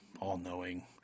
all-knowing